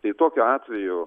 tai tokiu atveju